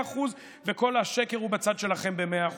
אחוז וכל השקר הוא בצד שלכם במאה אחוז,